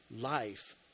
life